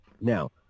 now